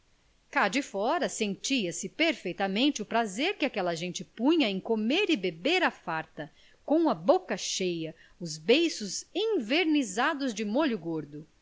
cá de fora sentia-se perfeitamente o prazer que aquela gente punha em comer e beber à farta com a boca cheia os beiços envernizados de molho gordo